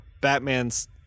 Batman's